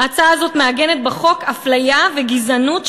ההצעה הזאת מעגנת בחוק אפליה וגזענות,